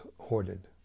hoarded